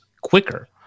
quicker